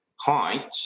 height